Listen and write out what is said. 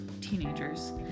teenagers